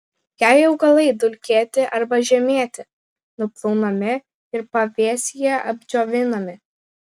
jei augalai dulkėti arba žemėti nuplaunami ir pavėsyje apdžiovinami